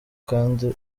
kandi